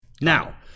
Now